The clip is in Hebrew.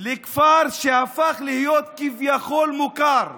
לכפר שהפך להיות כביכול מוכר,